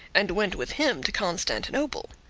and went with him to constantinople.